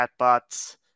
chatbots